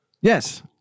yes